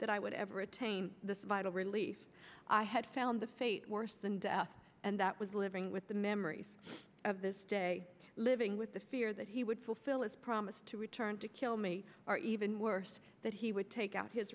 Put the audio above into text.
that i would ever attain this vital relief i had found the fate worse than death and that was living with the memories of this day living with the fear that he would fulfill his promise to return to kill me or even worse that he would take out his